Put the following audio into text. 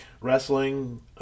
wrestling